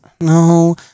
No